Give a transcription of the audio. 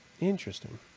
Interesting